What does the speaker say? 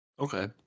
Okay